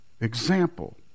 example